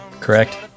correct